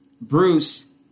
Bruce